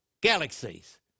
galaxies